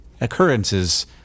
occurrences